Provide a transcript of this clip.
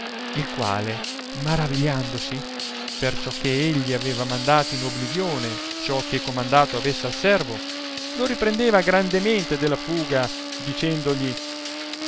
il quale maravigliandosi perciò che egli aveva mandato in oblivione ciò che comandato avesse al servo lo riprendeva grandemente della fuga dicendogli